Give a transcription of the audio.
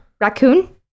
Raccoon